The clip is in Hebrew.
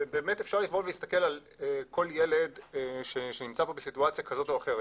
זה באמת אפשרי לבוא ולהסתכל על כל ילד שנמצא פה בסיטואציה כזו או אחרת,